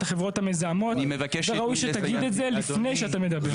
את החברות המזהמות וראוי שתגיד את זה לפני שאתה מדבר.